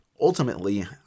Ultimately